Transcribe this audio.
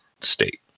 state